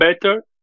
better